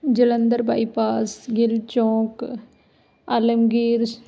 Jalandhar bypass Gill ਚੌਂਕ ਆਲਮਗੀਰ